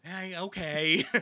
okay